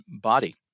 body